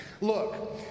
Look